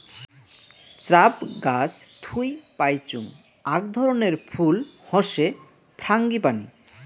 shrub গাছ থুই পাইচুঙ আক ধরণের ফুল হসে ফ্রাঙ্গিপানি